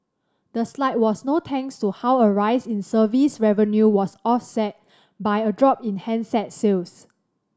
the slide was no thanks to how a rise in service revenue was offset by a drop in handset sales